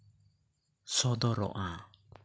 ᱥᱚᱫᱚᱨᱚᱜᱼᱟ